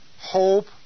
hope